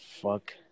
fuck